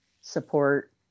support